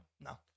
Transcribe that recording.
no